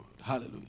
Hallelujah